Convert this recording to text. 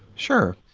sure.